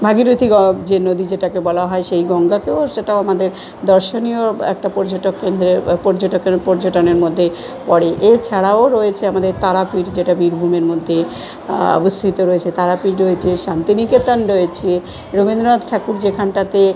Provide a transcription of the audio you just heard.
ভাগীরথী গ যে নদী যেটাকে বলা হয় সেই গঙ্গাকেও সেটাও আমাদের দর্শনীয় একটা পর্যটক কেন্দ্রের পর্যটকের পর্যটনের মধ্যে পড়ে এছাড়াও রয়েছে আমাদের তারাপীঠ যেটা বীরভূমের মধ্যে অবস্থিত রয়েছে তারাপীঠ রয়েছে শান্তিনিকেতন রয়েছে রবীন্দ্রনাথ ঠাকুর যেখানটাতে